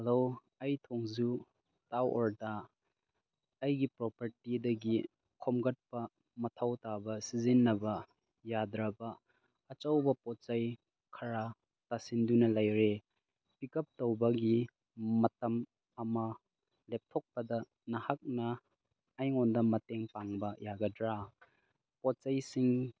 hello ꯑꯩ ꯊꯣꯡꯖꯨ ꯇꯥ ꯑꯣꯔ ꯗ ꯑꯩꯒꯤ ꯄ꯭ꯔꯣꯄꯔꯇꯤꯗꯒꯤ ꯈꯣꯝꯒꯠꯄ ꯃꯊꯧꯇꯥꯕ ꯁꯤꯖꯤꯟꯅꯕ ꯌꯥꯗ꯭ꯔꯕ ꯑꯆꯧꯕ ꯄꯣꯠ ꯆꯩ ꯈꯔ ꯇꯥꯁꯤꯟꯗꯨꯅ ꯂꯩꯔꯦ ꯄꯤꯛ ꯑꯞ ꯇꯧꯕꯒꯤ ꯃꯇꯝ ꯑꯃ ꯂꯦꯞꯊꯣꯛꯄꯗ ꯅꯍꯥꯛꯅ ꯑꯩꯉꯣꯟꯗ ꯃꯇꯦꯡ ꯄꯥꯡꯕ ꯌꯥꯒꯗ꯭ꯔꯥ ꯄꯣꯠ ꯆꯩꯁꯤꯡ